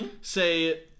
say